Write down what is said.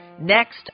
next